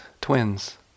twins